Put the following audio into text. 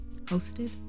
hosted